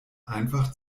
einfach